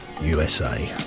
USA